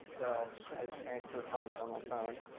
so i just transfer funds on my phone.